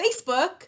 Facebook